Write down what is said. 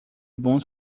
bons